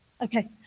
Okay